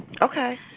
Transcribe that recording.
Okay